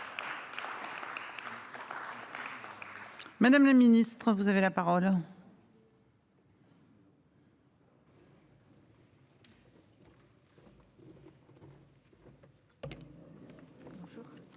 Madame le Ministre, vous avez la parole.